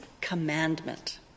commandment